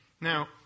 Now